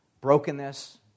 brokenness